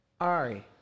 Ari